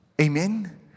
Amen